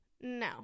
No